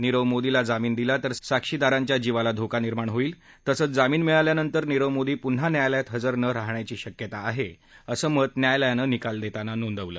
नीरव मोदीला जामीन दिला तर साक्षीदारांच्या जिवाला धोका निर्माण होईल तसंच जामीन मिळाल्यानंतर नीरव मोदी पुन्हा न्यायालयात हजर न राहण्याची शक्यता आहे असं मत न्यायालयानं निकाल देताना नोंदवलं